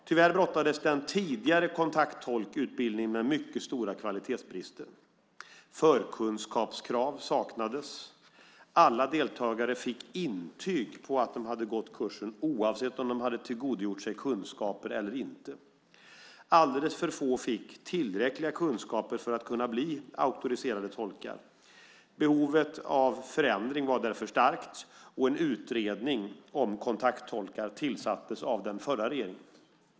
Tyvärr brottades den tidigare kontakttolkutbildningen med stora kvalitetsbrister. Förkunskapskrav saknades. Alla deltagare fick intyg på att de hade gått kursen oavsett om de tillgodogjort sig kunskaper eller inte. Alldeles för få fick tillräckliga kunskaper för att kunna bli auktoriserade tolkar. Behovet av förändring var därför starkt, och en utredning, Utredningen om kontakttolkar, tillsattes av den förra regeringen.